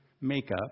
makeup